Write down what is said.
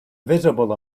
visible